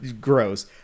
gross